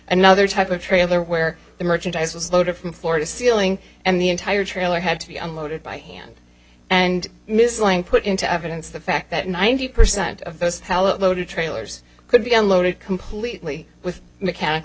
another type of trailer where the merchandise was loaded from floor to ceiling and the entire trailer had to be unloaded by hand and miss lang put into evidence the fact that ninety percent of those hello to trailers could be unloaded completely with mechanical